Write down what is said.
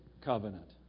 covenant